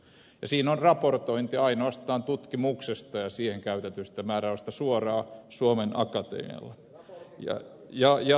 siinä on raportointi ainoastaan tutkimuksesta ja siihen käytetyistä määrärahoista suoraan suomen akatemialle